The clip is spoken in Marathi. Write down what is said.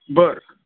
बर